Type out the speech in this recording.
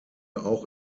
auch